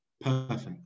perfect